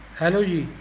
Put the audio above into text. hello ਜੀ